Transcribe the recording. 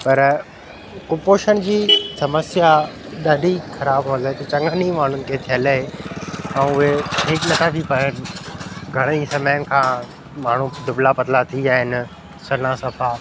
पर कुपोषण जी समस्या ॾाढी ख़राबु आहे हालाकी चङनि ई माण्हुनि खे थियलु ए ऐं इहे ठीकु नथा थी पाइनि घणे ई समय खां माण्हू दुबला पतला थी विया आहिनि सन्हा सफ़ा